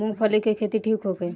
मूँगफली के खेती ठीक होखे?